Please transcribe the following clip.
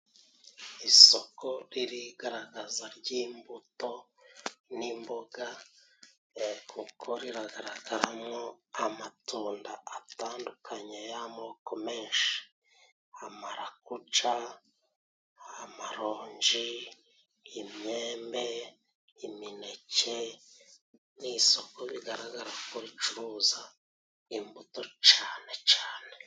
Isoko ririgaragaza ry'imbuto, n'imboga, kuko riragaragaramwo amatunda atandukanye y'amoko menshi nka marakuja ,amaronji, imyembe, imineke n'isoko bigaragara ko ricuruza imbuto cane cane.